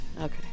Okay